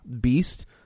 beast